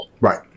Right